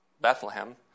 Bethlehem